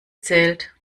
zählt